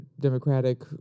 Democratic